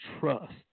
Trust